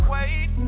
Wait